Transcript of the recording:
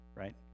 Right